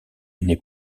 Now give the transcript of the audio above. n’est